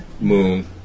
moon